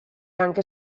anche